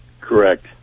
Correct